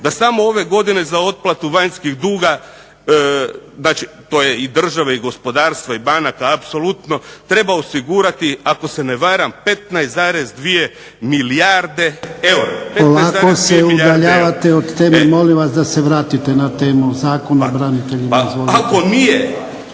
Da samo ove godine za otplatu vanjskog duga, znači to je i države i gospodarstva i banaka apsolutno treba osigurati ako se ne varam 15,2 milijarde eura. **Jarnjak, Ivan (HDZ)** Polako se udaljavate od teme. Molim vas da se vratite na temu, Zakon o braniteljima. Izvolite.